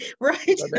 right